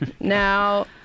Now